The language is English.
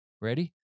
Ready